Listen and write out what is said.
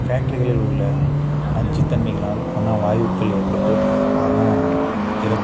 பேக்ட்ரிகளில் உள்ள நச்சுத்தன்மைகளால் வன வாயுக்கள் ஏற்பட்டு அது என்ன இறப்பு